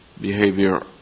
behavior